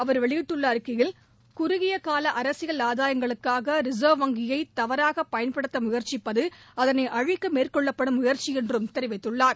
அவர் வெளியிட்டுள்ள அறிக்கையில் குறுகிய கால அரசியல் ஆதாயங்களுக்காக ரிசா்வ் வங்கியை தவறாக பயன்படுத்த முயற்சிப்பது அதனை அழிக்க மேற்கொள்ளப்படும் முயற்சி என்றும் தெிவித்துள்ளார்